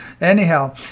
Anyhow